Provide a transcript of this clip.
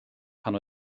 pan